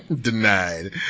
Denied